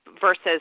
versus